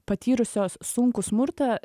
patyrusios sunkų smurtą